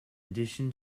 addition